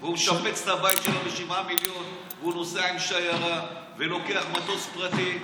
הוא משפץ את הבית שלו ב-7 מיליון והוא נוסע עם שיירה ולוקח מטוס פרטי,